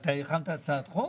אתה הכנת הצעת חוק?